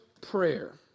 prayer